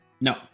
No